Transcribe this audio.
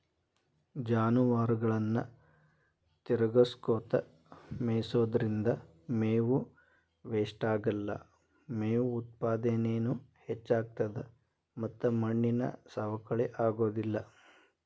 ಜಾನುವಾರುಗಳನ್ನ ತಿರಗಸ್ಕೊತ ಮೇಯಿಸೋದ್ರಿಂದ ಮೇವು ವೇಷ್ಟಾಗಲ್ಲ, ಮೇವು ಉತ್ಪಾದನೇನು ಹೆಚ್ಚಾಗ್ತತದ ಮತ್ತ ಮಣ್ಣಿನ ಸವಕಳಿ ಆಗೋದಿಲ್ಲ